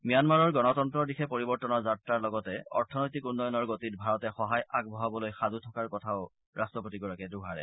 ম্যানমাৰৰ গণতন্তৰ দিশে পৰিৱৰ্তনৰ যাত্ৰাৰ লগতে অৰ্থনৈতিক উন্নয়নৰ গতিত ভাৰতে সহায় আগবঢ়াবলৈ সাজু থকাৰ কথা দোহাৰে